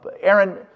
Aaron